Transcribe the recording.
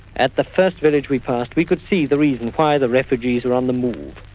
at the first village we passed, we could see the reason why the refugees are on the move.